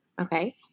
Okay